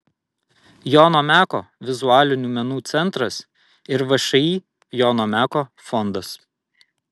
jono meko vizualinių menų centras ir všį jono meko fondas